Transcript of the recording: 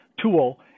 tool